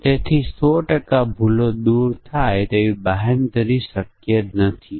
પરંતુ નિર્ણય કોષ્ટકોમાં એક મુશ્કેલી એ છે કે જો સંખ્યા પરિમાણોની3 4 5 છે તો આપણે નિર્ણય કોષ્ટક બનાવી શકીએ છીએ